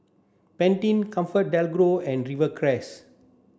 Pantene ComfortDelGro and Rivercrest